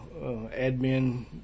admin